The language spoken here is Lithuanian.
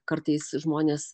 kartais žmonės